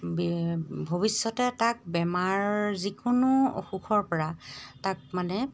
ভৱিষ্যতে তাক বেমাৰ যিকোনো অসুখৰপৰা তাক মানে